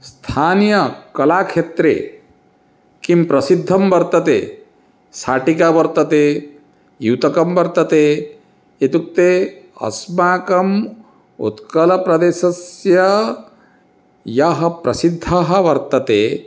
स्थानीयकलाक्षेत्रे किं प्रसिद्धं वर्तते शाटिका वर्तते युतकं वर्तते इत्युक्ते अस्माकम् उत्कलप्रदेशस्य यः प्रसिद्धः वर्तन्ते